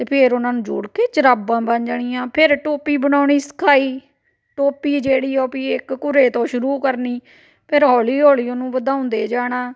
ਅਤੇ ਫਿਰ ਉਹਨਾਂ ਨੂੰ ਜੋੜ ਕੇ ਜਰਾਬਾ ਬਣ ਜਾਣੀਆਂ ਫਿਰ ਟੋਪੀ ਬਣਾਉਣੀ ਸਿਖਾਈ ਟੋਪੀ ਜਿਹੜੀ ਓਹ ਪੀ ਇੱਕ ਘੁਰੇ ਤੋਂ ਸ਼ੁਰੂ ਕਰਨੀ ਫਿਰ ਹੌਲੀ ਹੌਲੀ ਉਹਨੂੰ ਵਧਾਉਂਦੇ ਜਾਣਾ